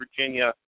Virginia